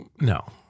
No